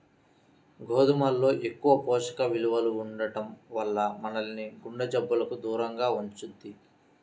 గోధుమల్లో ఎక్కువ పోషక విలువలు ఉండటం వల్ల మనల్ని గుండె జబ్బులకు దూరంగా ఉంచుద్ది